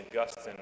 Augustine